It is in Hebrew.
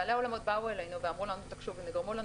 בעלי האולמות אמרו לנו: נגרמו לנו